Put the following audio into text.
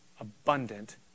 abundant